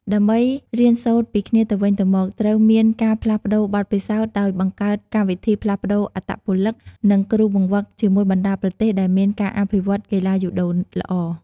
ដើម្បីរៀនសូត្រពីគ្នាទៅវិញទៅមក ត្រូវមានការផ្លាស់ប្តូរបទពិសោធន៍ដោយបង្កើតកម្មវិធីផ្លាស់ប្តូរអត្តពលិក និងគ្រូបង្វឹកជាមួយបណ្តាប្រទេសដែលមានការអភិវឌ្ឍន៍កីឡាយូដូល្អ ។